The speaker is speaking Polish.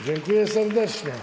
Dziękuję serdecznie.